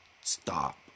Stop